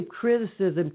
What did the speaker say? criticism